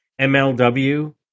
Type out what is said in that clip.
MLW